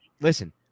listen—